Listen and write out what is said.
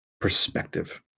perspective